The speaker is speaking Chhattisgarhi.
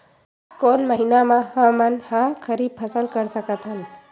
कोन महिना म हमन ह खरीफ फसल कर सकत हन?